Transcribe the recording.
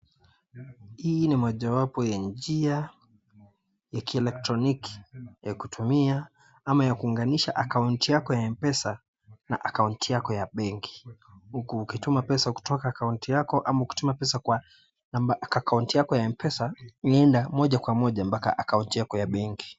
Hii ni moja wapo wa njia ya kielektroniki ya kutumia ama ya kuunganisha akaunti yako ya mpesa na akaunti yako ya benki huku ukituma pesa kutoka akaunti yako ama ukituma pesa kwa namba akaunti yako mpesa inaenda moja kwa moja mpaka akaunti yako ya benki.